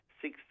Six